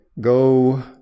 Go